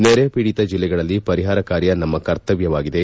ನೆರೆಪೀಡಿತ ಜಿಲ್ಲೆಗಳಲ್ಲಿ ಪರಿಹಾರ ಕಾರ್ಯ ನಮ್ನ ಕರ್ತವ್ಹವಾಗಿದೆ